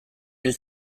hil